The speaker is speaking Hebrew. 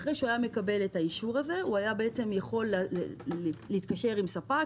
אחרי שהוא היה מקבל את האישור הזה הוא היה יכול להתקשר עם ספק,